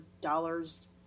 dollars